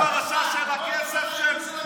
איפה פרשת, איפה הפרשה של הכסף של הבית היהודי?